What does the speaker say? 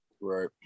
Right